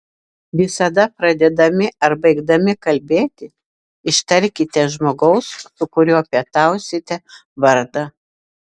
visada pradėdami ar baigdami kalbėti ištarkite žmogaus su kuriuo pietausite vardą